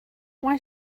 why